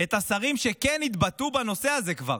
את השרים שכן התבטאו בנושא הזה כבר: